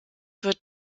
wird